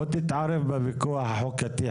חיים, בוא תתערב בוויכוח החוקתי הזה.